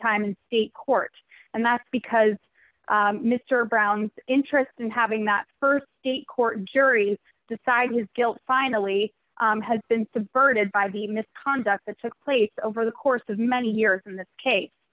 time in state court and that's because mr brown's interest in having that st state court jury decide his guilt finally had been subverted by the misconduct that took place over the course of many years in this case